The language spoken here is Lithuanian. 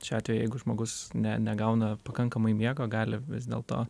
šiuo atveju jeigu žmogus ne negauna pakankamai miego gali vis dėlto